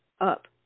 up